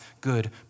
good